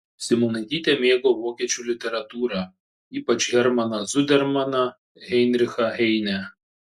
simonaitytė mėgo vokiečių literatūrą ypač hermaną zudermaną heinrichą heinę